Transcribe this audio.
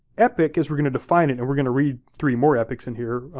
epic, as we're gonna define it, and we're gonna read three more epics in here,